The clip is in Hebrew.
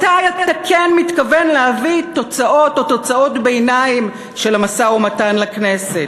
מתי אתה כן מתכוון להביא תוצאות או תוצאות ביניים של המשא-ומתן לכנסת?